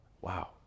Wow